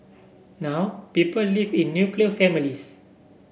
now people live in nuclear families